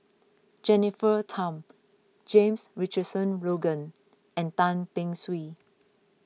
Jennifer Tham James Richardson Logan and Tan Beng Swee